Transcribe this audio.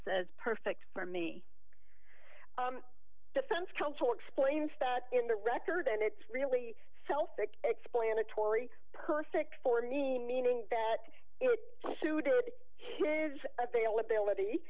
says perfect for me defense counsel explains that in the record and it's really so thick explanatory perfect for me meaning that it suited his availability